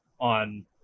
on